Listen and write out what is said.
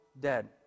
dead